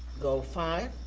goal five,